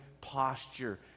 posture